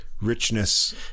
richness